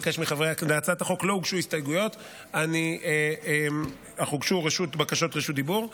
להצעת החוק לא הוגשו הסתייגויות אך הוגשו בקשות רשות דיבור.